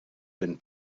been